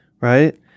right